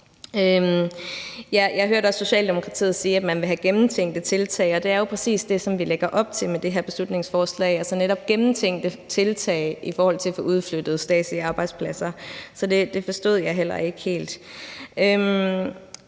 Jeg hørte også Socialdemokratiet sige, at man vil have gennemtænkte tiltag, og det er jo præcis også det, som vi med det her beslutningsforslag lægger op til, altså netop nogle gennemtænkte tiltag i forhold til at få udflyttet statslige arbejdspladser. Så det forstod jeg heller ikke helt.